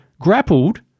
grappled